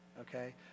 Okay